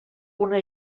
una